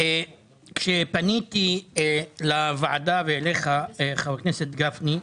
כשפניתי לוועדה ואליך, חבר הכנסת גפני,